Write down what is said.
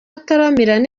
ataramira